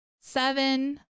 seven